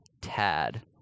tad